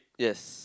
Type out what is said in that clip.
yes